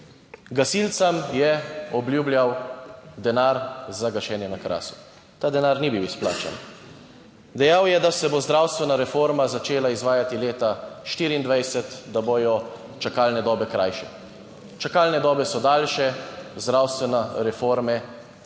Gasilcem je obljubljal denar za gašenje na Krasu, ta denar ni bil izplačan. Dejal je, da se bo zdravstvena reforma začela izvajati leta 2024, da bodo čakalne dobe krajše. Čakalne dobe so daljše, zdravstvene reforme